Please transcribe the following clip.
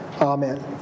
Amen